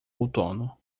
outono